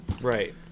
Right